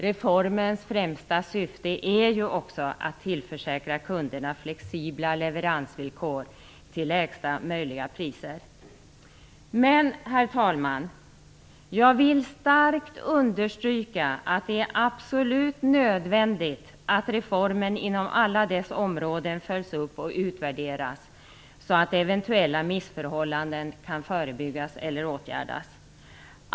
Reformens främsta syfte är ju också att tillförsäkra kunderna flexibla leveransvillkor till lägsta möjliga priser. Men, herr talman, jag vill starkt understryka att det är absolut nödvändigt att reformen inom alla dess områden följs upp och utvärderas så att eventuella missförhållanden kan förebyggas eller åtgärdas.